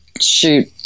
shoot